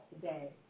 today